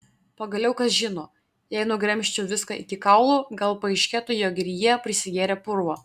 pagaliau kas žino jei nugremžčiau viską iki kaulų gal paaiškėtų jog ir jie prisigėrę purvo